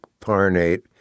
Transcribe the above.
Parnate